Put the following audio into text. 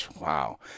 wow